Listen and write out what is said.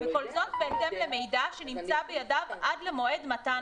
וכל זאת בהתאם למידע שנמצא בידיו עד למועד מתן